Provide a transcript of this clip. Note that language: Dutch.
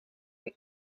een